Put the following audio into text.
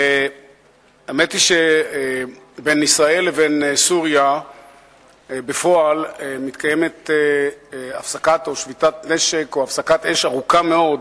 האמת היא שבין ישראל לבין סוריה בפועל מתקיימת הפסקת אש ארוכה מאוד,